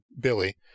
Billy